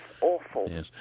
awful